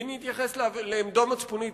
ונתייחס לעמדה מצפונית,